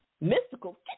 Mystical